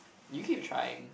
if you keep trying